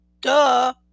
Duh